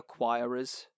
acquirers